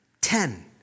Ten